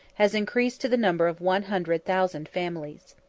has increased to the number of one hundred thousand families.